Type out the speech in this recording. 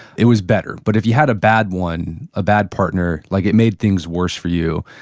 it was better, but if you had a bad one, a bad partner, like it made things worse for you.